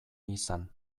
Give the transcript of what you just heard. izan